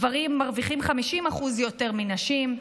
גברים מרוויחים 50% יותר מנשים,